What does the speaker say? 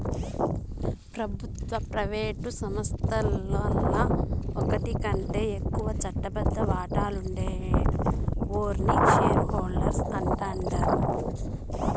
పెబుత్వ, ప్రైవేటు సంస్థల్ల ఓటికంటే ఎక్కువ చట్టబద్ద వాటాలుండే ఓర్ని షేర్ హోల్డర్స్ అంటాండారు